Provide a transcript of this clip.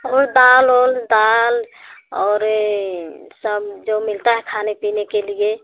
और दाल उल दाल और सब जो मिलता है खाने पीने के लिए